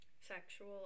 sexual